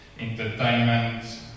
entertainment